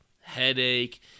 headache